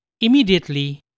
Immediately